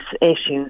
issues